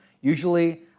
Usually